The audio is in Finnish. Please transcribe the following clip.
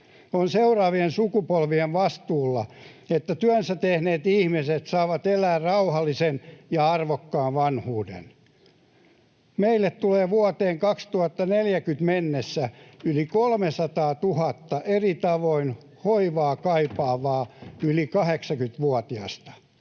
On seuraavien sukupolvien vastuulla, että työnsä tehneet ihmiset saavat elää rauhallisen ja arvokkaan vanhuuden. Meille tulee vuoteen 2040 mennessä yli 300 000 eri tavoin hoivaa kaipaavaa yli 80-vuotiasta.